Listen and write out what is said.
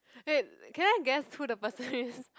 wait can I guess who the person is